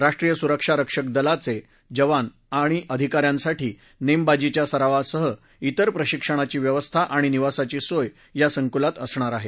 राष्ट्रीय सुरक्षा रक्षक दलाचे जवान तसंच अधिकाऱ्यांसाठी नेमबाजीच्या सरावासासह इतर प्रशिक्षणाची व्यवस्था आणि निवासाची सोय या संकुलात असणार आहे